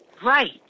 Right